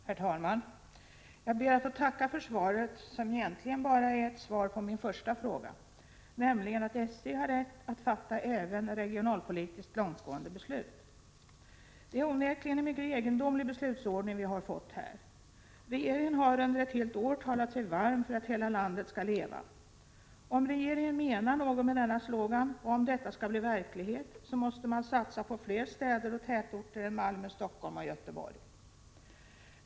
Herr talman! Jag ber att få tacka för svaret, som egentligen bara är ett svar på min första fråga, nämligen om SJ har rätt att fatta även regionalpolitiskt långtgående beslut. Det är onekligen en mycket egendomlig beslutsordning vi har fått här. Regeringen har under ett helt år talat sig varm för att hela landet skall leva. Om regeringen menar något med denna slogan och om detta skall bli verklighet så måste man satsa på fler städer och tätorter än Malmö, Stockholm och Göteborg.